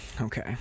Okay